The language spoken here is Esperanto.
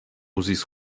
uzis